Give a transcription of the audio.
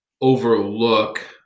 overlook